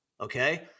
Okay